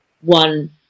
one